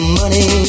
money